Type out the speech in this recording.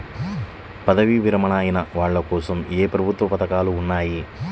పదవీ విరమణ అయిన వాళ్లకోసం ఏ ప్రభుత్వ పథకాలు ఉన్నాయి?